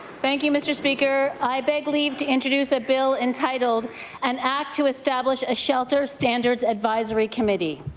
thank you, mr. speaker. i beg leave to introduce a bill entitled an act to establish a shelter standards advisory committee.